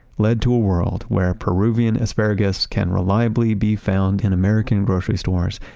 led to a world where peruvian asparagus can reliably be found in american grocery stores,